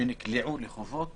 שנקלעו לחובות